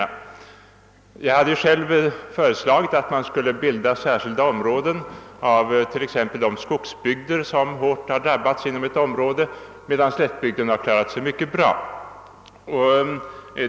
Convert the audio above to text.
:: ss Jag hade själv föreslagit att man skulle bilda särskilda områden av t.ex. de skogsbygder som hårt drabbats inom en trakt, medan slättbygderna klarat sig mycket bra.